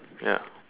ya